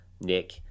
Nick